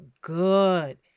good